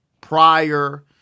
prior